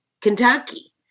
Kentucky